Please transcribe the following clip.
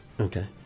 Okay